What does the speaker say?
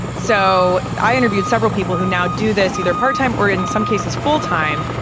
so i interviewed several people who now do this either part time or in some cases full time.